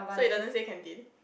so it doesn't say canteen